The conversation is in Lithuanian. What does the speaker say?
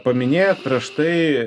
paminėjot prieš tai